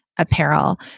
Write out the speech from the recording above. Apparel